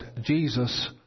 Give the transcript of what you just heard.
Jesus